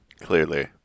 Clearly